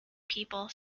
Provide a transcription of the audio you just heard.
people